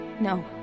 No